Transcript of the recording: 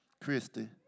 Christy